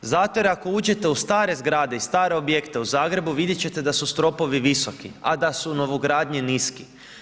Zato jer ako uđete u stare zgrade i stare objekte u Zagrebu, vidjeti ćete da su stropovi visoki, a da su novogradnje niski.